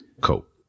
coat